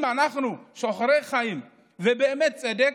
אם אנחנו שוחרי חיים ובאמת שוחרי צדק,